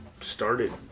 started